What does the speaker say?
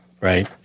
right